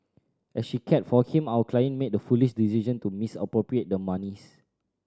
as she cared for him our client made the foolish decision to misappropriate the monies